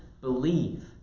believe